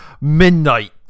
Midnight